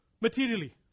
materially